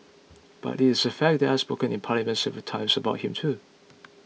but it is a fact that I have spoken in parliament several times about him too